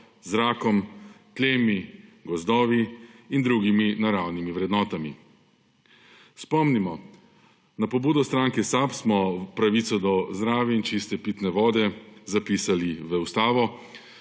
zrakom, tlemi, gozdovi in drugimi naravnimi vrednotami. Spomnimo, na pobudo stranke SAB smo pravico do zdrave in čiste pitne vode zapisali v Ustavo,